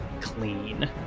clean